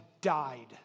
died